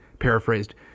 Paraphrased